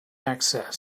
access